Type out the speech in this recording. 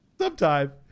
Sometime